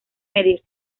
medir